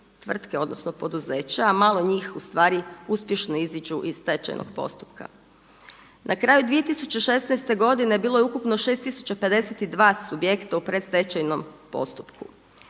odnosno poduzeća, a malo njih u stvari uspješno iziđu iz stečajnog postupka. Na kraju 2016. godine bilo je ukupno 6052 subjekata u predstečajnom postupku.